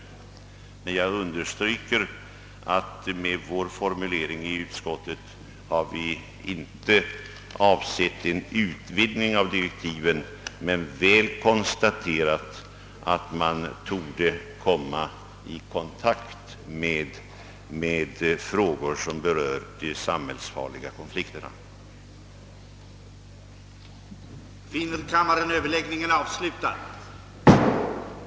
Men jag understryker, att vi med vår formulering i utskottet inte har avsett en utvidgning av direktiven men väl konstaterat att man torde komma i kontakt med frågor som berör de samhällsfarliga konflikterna. Angivandet av de tjänstemän som är undantagna från disciplinär bestraffning